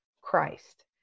Christ